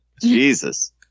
Jesus